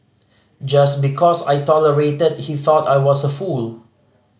just because I tolerated he thought I was a fool